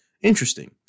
interesting